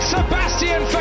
Sebastian